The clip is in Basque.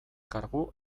kargu